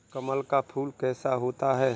कमल का फूल कैसा होता है?